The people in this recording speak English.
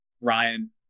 Ryan